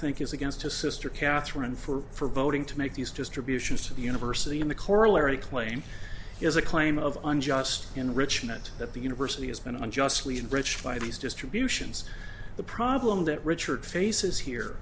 think is against his sister catherine for voting to make these distributions to the university in the corollary claim is a claim of unjust enrichment that the university has been unjustly enrich by these distributions the problem that richard faces here